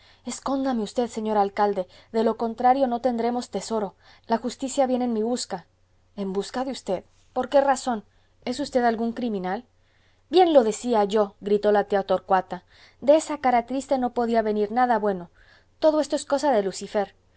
escóndame usted señor alcalde de lo contrario no tendremos tesoro la justicia viene en mi busca en busca de usted por qué razón es usted algún criminal bien lo decía yo gritó la tía torcuata de esa cara triste no podía venir nada bueno todo esto es cosa de lucifer